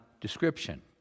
description